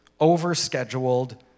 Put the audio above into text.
overscheduled